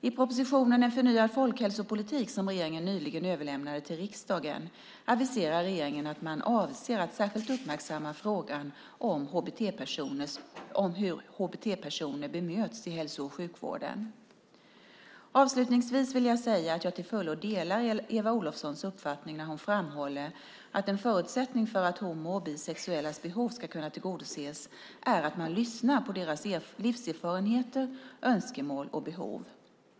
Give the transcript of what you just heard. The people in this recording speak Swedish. I propositionen En förnyad folkhälsopolitik som regeringen nyligen överlämnade till riksdagen aviserar regeringen att man avser att särskilt uppmärksamma frågan om hur HBT-personer bemöts i hälso och sjukvården. Avslutningsvis vill jag säga att jag till fullo delar Eva Olofssons uppfattning när hon framhåller att en förutsättning för att homo och bisexuellas behov ska kunna tillgodoses är att man lyssnar på deras livserfarenheter, önskemål och behov.